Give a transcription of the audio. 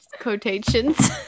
Quotations